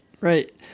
Right